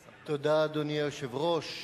תודה, אדוני היושב-ראש,